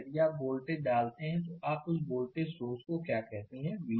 यदि आप वोल्टेज डालते हैं तो आप उस वोल्टेज सोर्स को क्या कहते हैं V0